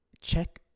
check